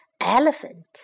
Elephant